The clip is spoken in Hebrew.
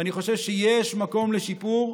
ואני חושב שיש מקום לשיפור,